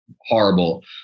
horrible